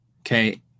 Okay